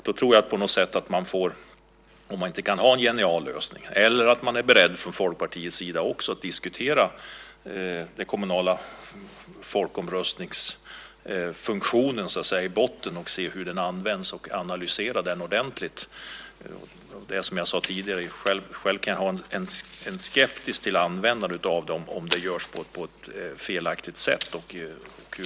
Då tror jag inte att man på något sätt kan ha en genial lösning om man inte från Folkpartiets sida också är beredd att diskutera den kommunala folkomröstningsfunktionen i botten, se hur den används och analysera den ordentligt. Det är som jag sade tidigare: Själv kan jag ha en skepsis till användandet av den om det görs på ett felaktigt sätt.